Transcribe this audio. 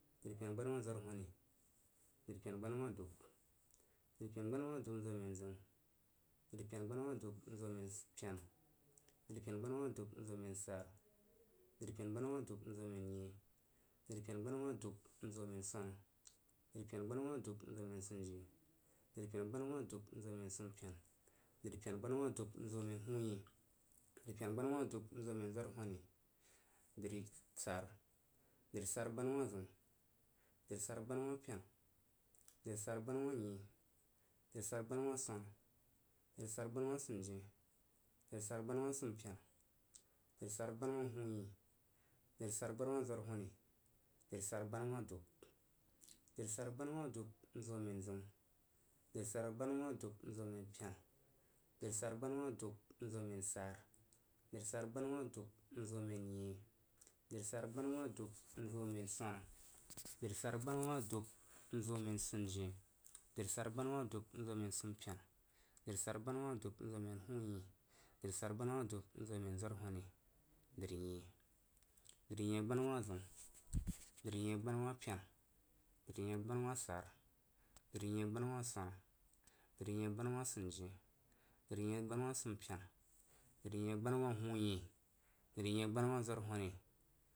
Dripena gbanawah zworwhani, dripena gbana wah dub dripenagbanawah dub nzoman zəun, dripena gbanuwah dub nzomen pena dri penagbunawuhdub nzomen sara, dri pena gbanawah dub inzoman nyein, dripena gbanah wah dub nzomengwana, dripena gbanah wah dub n zomen sundein, dri pena gbanawah dubnzomen sumpen, dripenagbanalilah dub nzomen hunyein, dripena gbanawah dub nzo men zworwhoni, dri sara dri saragbanawah zəu, drisaragdsanawah pena, drisaragbanahwah sara, drisoragbananyein, drisara gbanawah swuna, dri saragbanawah sunjein, dri sara gbana wah gumpena, drisora gbanawahhunyein drisara gbanawah zwerwhoni, dri sara gbanawahdub. Dri swa gbanawah dub nzomen zəun, drisara gbanawah dubnzomen pena, drisara gbanawuh dub nzomennyein, dri sara gbanawah dub nzo mennyein, dri saragbanawah dub nzomen gwana drisora gbana wahdub nzomen sun jeing, drisara gbanawah dub nzomen sumponad, drisaragbanawahdubnzome hunyeing, drisoragbanawah dubnzomen zworshoni, drinyein, drinyein gbanawah zəu, dringein gbanawah pena drinyeingbanawuh sara, drinyein gbanawahnyein drinyein, gbanawuh swana, drinyeing gzanawah sunujien, drinyein gzanawah jumpena, dri nyeingbana wah hunyein, drinyeinghana, wah zwarshoni, drinyen gzanawah dub.